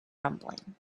rumbling